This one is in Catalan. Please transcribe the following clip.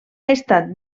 estat